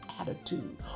attitude